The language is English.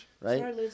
right